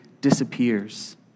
disappears